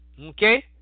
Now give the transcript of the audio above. Okay